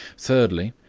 thirdly,